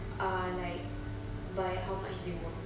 uh like by how much they work